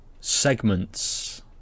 segments